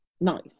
nice